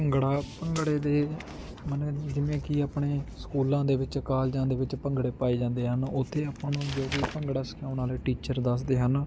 ਭੰਗੜਾ ਭੰਗੜੇ ਦੇ ਮਨੇ ਜਿਵੇਂ ਕਿ ਆਪਣੇ ਸਕੂਲਾਂ ਦੇ ਵਿੱਚ ਕਾਲਜਾਂ ਦੇ ਵਿੱਚ ਭੰਗੜੇ ਪਾਏ ਜਾਂਦੇ ਹਨ ਉੱਥੇ ਆਪਾਂ ਨੂੰ ਜੋ ਵੀ ਭੰਗੜਾ ਸਿਖਾਉਣ ਵਾਲੇ ਟੀਚਰ ਦੱਸਦੇ ਹਨ